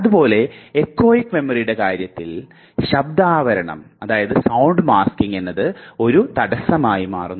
അതുപോലെ എക്കോയിക് മെമ്മറിയുടെ കാര്യത്തിൽ ശബ്ദാവരണം എന്നത് ഒരു തടസ്സമായി മാറുന്നു